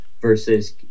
Versus